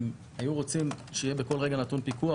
אם היו רוצים שיהיה בכל רגע פיקוח,